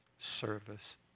service